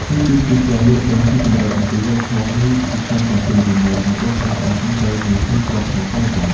ទីពីរ គឺការយល់ដឹងស៊ីជម្រៅអំពីវប្បធម៌នៃភាសាទាំងពីរ ដើម្បីអាចបកប្រែបានត្រឹមត្រូវ និងសមស្របតាមបរិបទ។